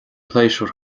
pléisiúir